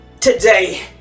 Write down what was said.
today